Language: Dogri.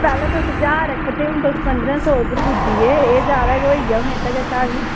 पैह्ला तुस ज्हार आक्खै दे हून तुस पंदरां सौ उप्पर पुज्जी गे एह् जादा गै होई गेआ कशा बी